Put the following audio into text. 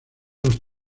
los